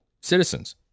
citizens